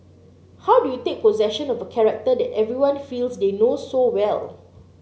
how do you take possession of a character that everyone feels they know so well